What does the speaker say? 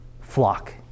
flock